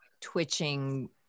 twitching